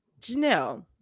Janelle